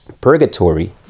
purgatory